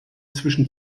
zwischen